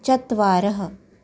चत्वारः